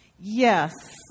Yes